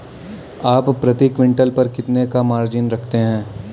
आप प्रति क्विंटल पर कितने का मार्जिन रखते हैं?